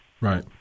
Right